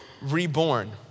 reborn